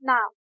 Now